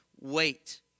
wait